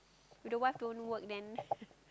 if wife don't work then